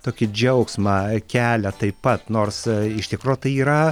tokį džiaugsmą kelia taip pat nors iš tikro tai yra